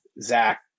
Zach